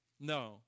No